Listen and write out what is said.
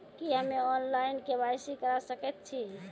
की हम्मे online, KYC करा सकैत छी?